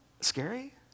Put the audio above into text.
scary